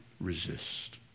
resist